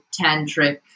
tantric